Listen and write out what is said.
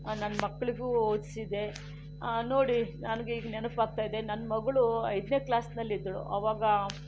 ನನ್ನ ಮಕ್ಕಳಿಗೂ ಓದಿಸಿದೆ ನೋಡಿ ನನಗೆ ಈಗ ನೆನಪಾಗ್ತಾ ಇದೆ ನನ್ನ ಮಗಳು ಐದನೇ ಕ್ಲಾಸ್ನಲ್ಲಿ ಇದ್ದಳು ಆವಾಗ